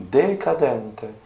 decadente